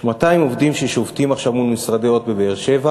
יש 200 עובדים ששובתים עכשיו מול משרדי "הוט" בבאר-שבע,